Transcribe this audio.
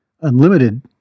unlimited